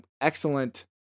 excellent